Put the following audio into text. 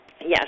Yes